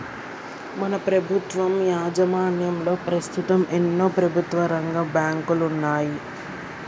మన ప్రభుత్వం యాజమాన్యంలో పస్తుతం ఎన్నో ప్రభుత్వరంగ బాంకులున్నాయి